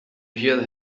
hear